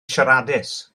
siaradus